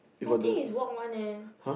I think is walk one leh